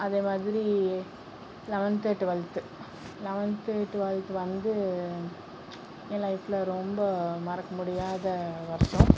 அதே மாதிரி eleventh twelfth வந்து என் லைப்பில் ரொம்ப மறக்க முடியாத வருடம்